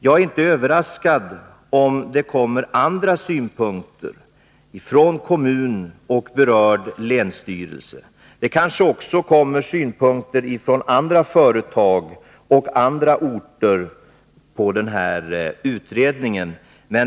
Jag blir inte överraskad om det kommer andra synpunkter från kommunen och berörd länsstyrelse. Det Nr 26 kanske också från olika företag och orter kommer avvikande synpunkter på Måndagen den utredningen.